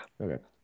Okay